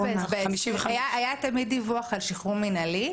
היה תמיד דיווח על שחרור מנהלי.